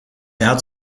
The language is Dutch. had